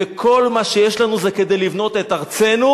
וכל מה שיש לנו זה כדי לבנות את ארצנו,